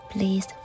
Please